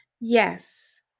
Yes